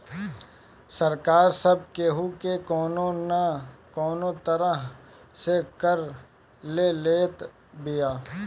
सरकार सब केहू के कवनो ना कवनो तरह से कर ले लेत बिया